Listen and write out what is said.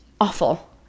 awful